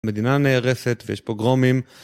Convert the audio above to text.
מדינה נהרסת ויש פוגרומים